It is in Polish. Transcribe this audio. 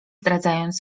zdradzając